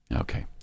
Okay